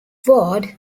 ward